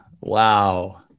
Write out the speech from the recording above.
Wow